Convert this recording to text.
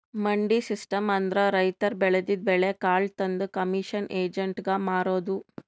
ಮಂಡಿ ಸಿಸ್ಟಮ್ ಅಂದ್ರ ರೈತರ್ ಬೆಳದಿದ್ದ್ ಬೆಳಿ ಕಾಳ್ ತಂದ್ ಕಮಿಷನ್ ಏಜೆಂಟ್ಗಾ ಮಾರದು